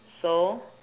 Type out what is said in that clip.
so